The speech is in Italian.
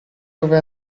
dove